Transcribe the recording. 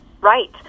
right